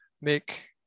make